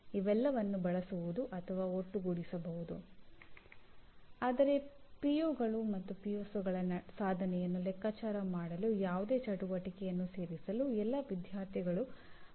ಆದ್ದರಿಂದ ಕಾರ್ಯಕ್ರಮವು ಎಲ್ಲಾ ಹೊಣೆಗಾರರ ಅಗತ್ಯತೆ ಮತ್ತು ಸಮಾಜ ಗ್ರಹಿಸಿದ ಅಗತ್ಯತೆಗಳಿಗೆ ಅನುಗುಣವಾಗಿ ನಡೆಸಲಾಗಿದೆಯೆ ಎಂದು ನಿಜವಾಗಿಯೂ ಅರ್ಥಮಾಡಿಕೊಳ್ಳಬೇಕಾಗುತ್ತದೆ